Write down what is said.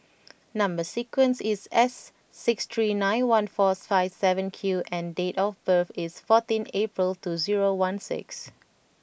number sequence is S six three nine one four five seven Q and date of birth is fourteen April two zero one six